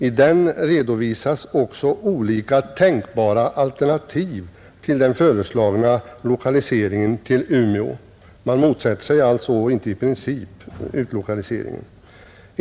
I den redovisas också olika tänkbara alternativ till den föreslagna lokaliseringen till Umeå. Man motsätter sig alltså inte i princip utlokaliseringen.